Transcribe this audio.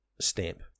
stamp